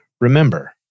Remember